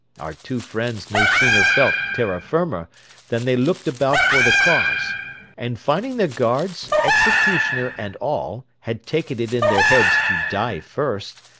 our two friends no sooner felt terra firma than they looked about for the cause and finding their guards, executioner, and all, had taken it in their heads to die first,